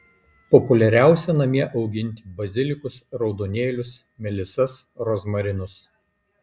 populiariausia namie auginti bazilikus raudonėlius melisas rozmarinus